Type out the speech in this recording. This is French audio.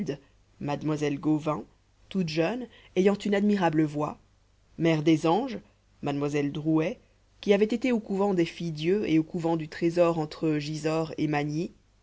toute jeune ayant une admirable voix mère des anges mlle drouet qui avait été au couvent des filles dieu et au couvent du trésor entre gisors et magny